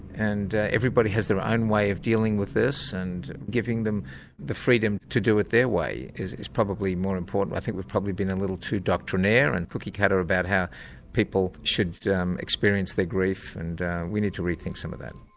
and everybody has their own way of dealing with this, and giving them the freedom to do it their way is is probably more important. i think we've probably been a little too doctrinaire and cookie cutter about how people should experience their grief and we need to rethink some of that.